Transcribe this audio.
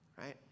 right